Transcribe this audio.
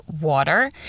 water